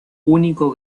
único